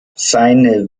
seine